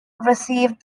received